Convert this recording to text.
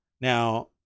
Now